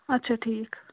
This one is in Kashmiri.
اَچھا ٹھیٖک